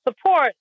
support